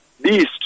beast